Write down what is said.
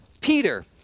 Peter